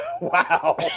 Wow